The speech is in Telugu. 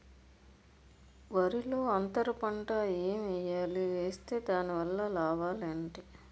వరిలో అంతర పంట ఎం వేయాలి? వేస్తే దాని వల్ల లాభాలు ఏంటి?